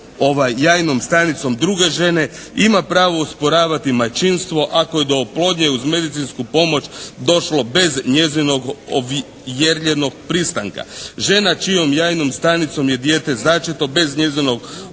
jajnom stanicom druge žene ima pravo osporavati majčinstvo ako je do oplodnje uz medicinsku pomoć došlo bez njezinog ovjerenog pristanka. Žena čijom jajnom stanicom je dijete začeto bez njezinog